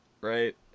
right